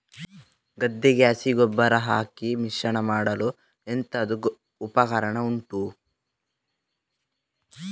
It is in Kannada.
ಗದ್ದೆಗೆ ಹಸಿ ಗೊಬ್ಬರ ಹಾಕಿ ಮಿಶ್ರಣ ಮಾಡಲು ಎಂತದು ಉಪಕರಣ ಉಂಟು?